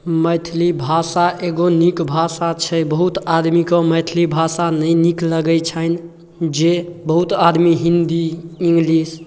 मैथिली भाषा एगो नीक भाषा छै बहुत आदमीके मैथिली भाषा नहि नीक लगै छनि जे बहुत आदमी हिन्दी इङ्गलिश